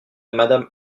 madame